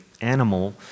animal